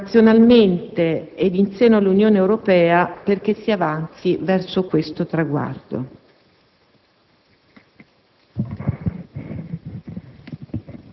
razionalmente ed in seno all'Unione Europea, perché si avanzi verso questo traguardo.